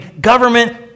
government